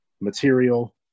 material